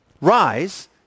rise